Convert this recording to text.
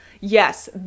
yes